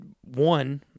one